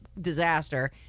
disaster